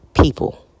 people